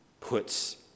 puts